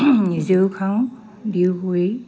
নিজেও খাওঁ